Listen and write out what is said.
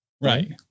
Right